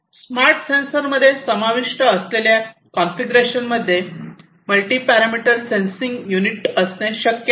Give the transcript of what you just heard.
smart सेन्सरमध्ये समाविष्ट असलेल्या कॉन्फिगरेशनमध्ये मल्टीपॅरामीटर सेन्सिंग युनिट असणे शक्य आहे